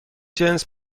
جنس